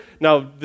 now